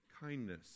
kindness